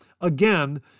again